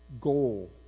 goal